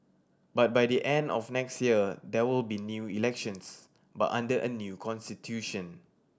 but by the end of next year there will be new elections but under a new constitution